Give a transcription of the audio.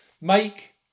Make